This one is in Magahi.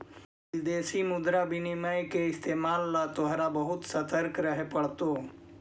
विदेशी मुद्रा विनिमय के इस्तेमाल ला तोहरा बहुत ससतर्क रहे पड़तो